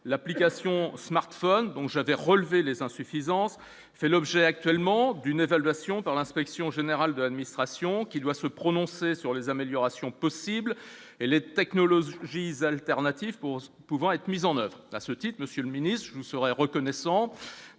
l'application smartphone, donc j'avais relevé les insuffisances, fait l'objet actuellement d'une évaluation par l'inspection générale de l'administration qui doit se prononcer sur les améliorations possibles et les technologies Gisèle terre natif pose pouvant être mises en oeuvre à ce type Monsieur le Ministre, je vous serais reconnaissant